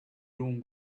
room